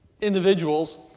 individuals